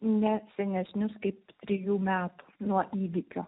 ne senesnius kaip trijų metų nuo įvykio